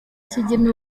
kigeme